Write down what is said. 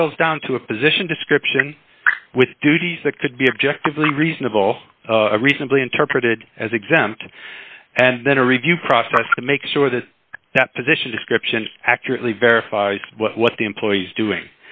boils down to a position description with duties that could be objectively reasonable reasonably interpreted as exempt and then a review process to make sure that that position description accurately verifies what the employee's doing